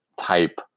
type